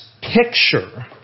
picture